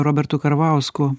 robertu karvausku